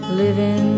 living